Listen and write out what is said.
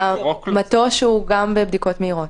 המטוש הוא גם בבדיקות מהירות.